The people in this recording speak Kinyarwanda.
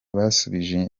basubije